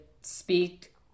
speak